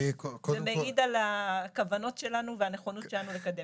זה מעיד על הכוונות שלנו והנכונות שלנו לקדם.